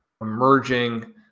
emerging